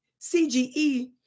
CGE